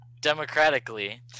democratically